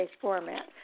format